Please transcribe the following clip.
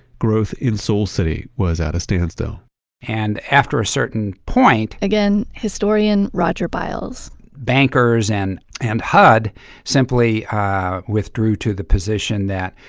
growth in soul city was at a standstill and after a certain point again, historian roger biles bankers and and hud simply ah withdrew to the position that,